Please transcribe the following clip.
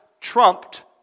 trumped